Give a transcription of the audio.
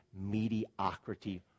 mediocrity